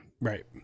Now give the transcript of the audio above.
Right